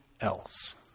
else